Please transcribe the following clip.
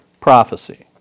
prophecy